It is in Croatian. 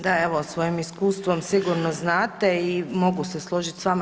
Da, evo svojim iskustvom sigurno znate i mogu se složiti s vama.